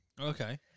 okay